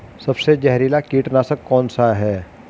सबसे जहरीला कीटनाशक कौन सा है?